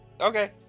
Okay